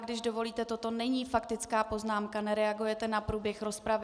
Když dovolíte, toto není faktická poznámka, nereagujete na průběh rozpravy.